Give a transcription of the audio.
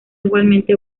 igualmente